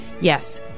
yes